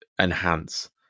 enhance